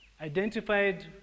identified